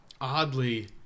oddly